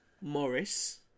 Morris